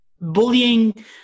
bullying